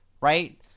right